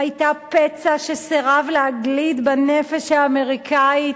היתה פצע שסירב להגליד בנפש האמריקנית,